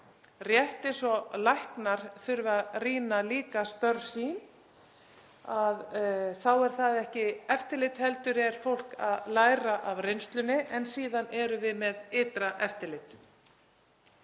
rétt eins og læknar þurfa að rýna störf sín. Það er ekki eftirlit heldur er fólk að læra af reynslunni. En síðan erum við með ytra eftirlit.